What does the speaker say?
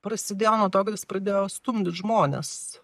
prasidėjo nuo to kad jis pradėjo stumdyt žmones